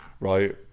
right